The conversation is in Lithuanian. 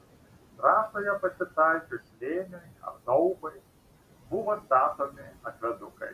trasoje pasitaikius slėniui ar daubai buvo statomi akvedukai